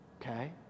Okay